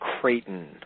Creighton